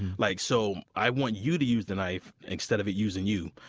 like so i want you to use the knife instead of it using you.